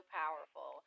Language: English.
powerful